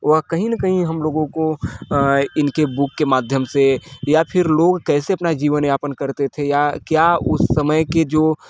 वह कहीं ना कहीं हम लोगों को इनके बुक के माध्यम से या फिर लोग कैसे अपना जीवन यापन करते थे या क्या उस समय के जो